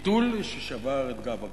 הטיטול ששבר את גב הגמל.